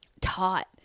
taught